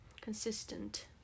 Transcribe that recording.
Consistent